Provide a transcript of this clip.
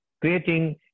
Creating